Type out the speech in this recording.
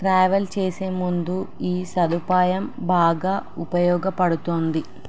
travel చేసే ముందు ఈ సదుపాయం బాగా ఉపయోగపడుతోంది